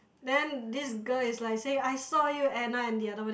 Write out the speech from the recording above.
then this girl is like say I saw you Anna and the other one